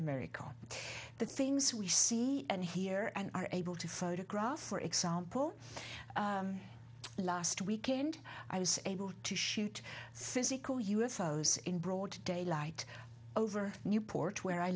america the things we see and hear and are able to photograph for example last weekend i was able to shoot physical us fellows in broad daylight over newport where i